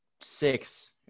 six